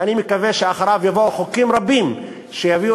ואני מקווה שאחריו יבואו חוקים רבים שיביאו